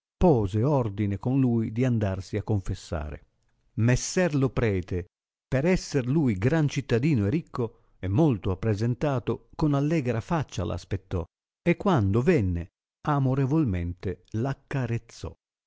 pose ordine con lui di andarsi a confessare messer lo prete per esser lui gran cittadino e ricco e molto ap presentato con allegra faccia l aspettò e quando venne amorevolmente l'accarezzò